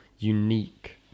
unique